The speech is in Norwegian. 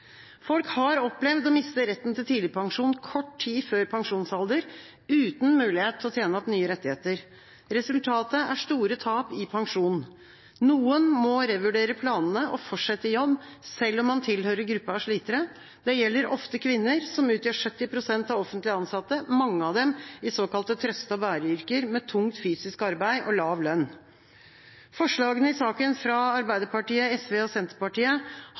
Folk har opplevd å miste retten til tidlig pensjon kort tid før pensjonsalder, uten mulighet til å tjene opp nye rettigheter. Resultatet er store tap i pensjonen. Noen må revurdere planene og fortsette i jobb, selv om man tilhører gruppa av slitere. Det gjelder ofte kvinner, som utgjør 70 pst. av offentlig ansatte, mange av dem i såkalte trøste-og-bære-yrker, med tungt fysisk arbeid og lav lønn. Forslagene fra Arbeiderpartiet, SV og Senterpartiet